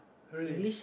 really